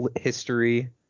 history